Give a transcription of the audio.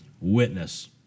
witness